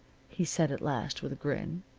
he said at last, with a grin.